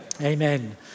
Amen